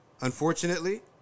Unfortunately